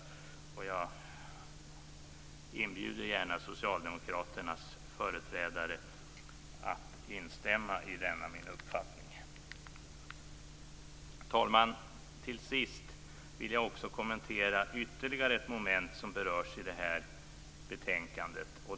Jag inbjuder gärna socialdemokraternas företrädare att ansluta sig till denna min uppfattning. Herr talman! Slutligen vill jag kommentera ytterligare ett moment som berörs i betänkandet.